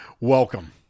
Welcome